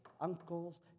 uncles